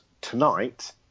tonight